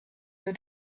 your